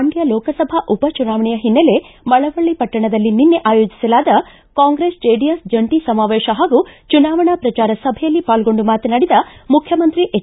ಮಂಡ್ಕ ಲೋಕಸಭಾ ಉಪಚುನಾವಣೆಯ ಹಿನ್ನೆಲೆ ಮಳವಳ್ಳ ಪಟ್ಟಣದಲ್ಲಿ ನಿನ್ನೆ ಆಯೋಜಿಸಲಾದ ಕಾಂಗ್ರೆಸ್ ಜೆಡಿಎಸ್ ಜಂಟ ಸಮಾವೇಶ ಹಾಗೂ ಚುನಾವಣಾ ಪ್ರಚಾರ ಸಭೆಯಲ್ಲಿ ಪಾಲ್ಗೊಂಡು ಮಾತನಾಡಿದ ಮುಖ್ಯಮಂತ್ರಿ ಎಚ್